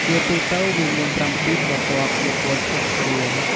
ជាទូទៅវាមានប្រាំពីរស្រទាប់ជាពណ៌ឆ្លាស់គ្នា។